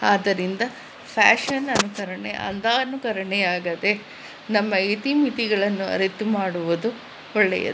ಆದ್ದರಿಂದ ಫ್ಯಾಷನ್ ಅನುಕರಣೆ ಅಂಧಾನುಕರಣೆಯಾಗದೇ ನಮ್ಮ ಇತಿಮಿತಿಗಳನ್ನು ಅರಿತು ಮಾಡುವುದು ಒಳ್ಳೆಯದು